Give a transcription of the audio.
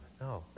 No